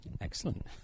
Excellent